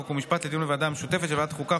חוק ומשפט לדיון בוועדה המשותפת של ועדת החוקה,